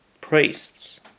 priests